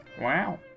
Wow